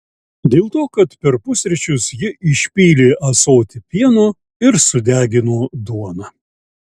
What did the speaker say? dėl to kad per pusryčius ji išpylė ąsotį pieno ir sudegino duoną